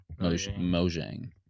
Mojang